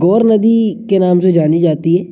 गौर नदी के नाम से जानी जाती है